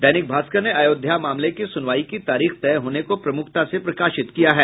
दैनिक भास्कर ने आयोध्या मामले की सुनवाई की तारिख तय होने को प्रमुखता से प्रकाशित किया है